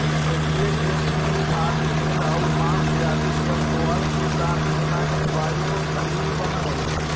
यूरोपीय देश में खाद्यतेलआउ माँस आदि के अल्कोहल के साथ मिलाके बायोफ्यूल बनऽ हई